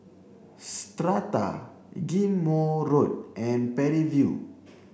Strata Ghim Moh Road and Parry View